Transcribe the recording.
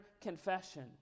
confession